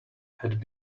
had